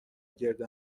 گرد